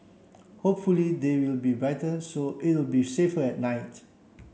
hopefully they will be brighter so it'll be safer at night